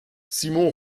simon